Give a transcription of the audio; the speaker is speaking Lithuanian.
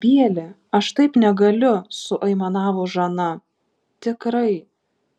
bieli aš taip negaliu suaimanavo žana tikrai